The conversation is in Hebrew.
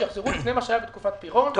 שיחזרו לפני מה שהיה בתקופת פירון,